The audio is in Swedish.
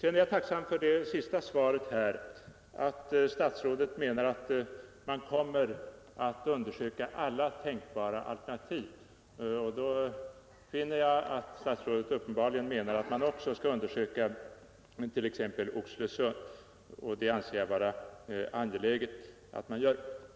Jag är också tacksam för det sista beskedet, att statsrådet menar att man kommer att undersöka alla tänkbara alternativ. Jag finner då att statsrådet uppenbarligen menar att man också skall undersöka t.ex. Oxelösund, och jag anser det vara angeläget att så sker.